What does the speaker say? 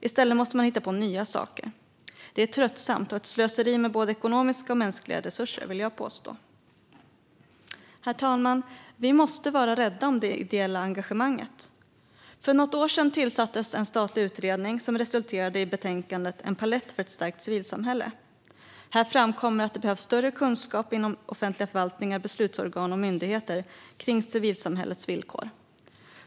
I stället måste man hitta på nya saker. Det är tröttsamt och ett slöseri med både ekonomiska och mänskliga resurser, vill jag påstå. Herr talman! Vi måste vara rädda om det ideella engagemanget. För något år sedan tillsattes en statlig utredning som resulterade i betänkandet Palett för ett stärkt civilsamhälle . Här framkommer att det behövs större kunskap inom offentliga förvaltningar, beslutsorgan och myndigheter om civilsamhällets villkor.